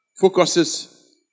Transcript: focuses